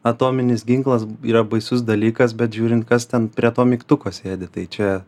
atominis ginklas yra baisus dalykas bet žiūrint kas ten prie to mygtuko sėdi tai čia